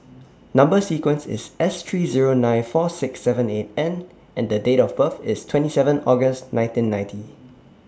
Number sequence IS S three Zero nine four six seven eight N and Date of birth IS twenty seven August nineteen ninety